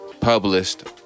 published